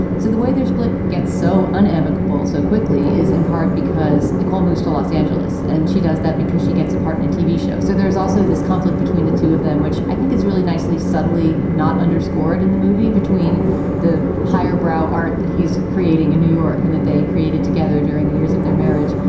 so the way their split gets so unremarkable so quickly is in part because nicole moves to los angeles and she does that because she gets a part in a tv show. so there's also this conflict between the two of them, which i think it's really nicely suddenly not underscored in the movie between the highbrow art that he's creating in new york and that they created together during the years of their marriage.